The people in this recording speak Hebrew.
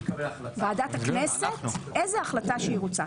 --- ועדת הכנסת איזו החלטה שהיא רוצה.